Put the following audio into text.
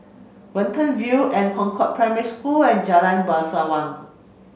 Watten View an Concord Primary School and Jalan Bangsawan